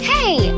Hey